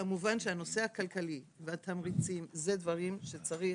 כמובן שהנושא הכלכלי והתמריצים, זה דברים שצריך